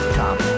top